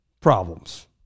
problems